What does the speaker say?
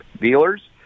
dealers